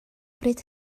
pryd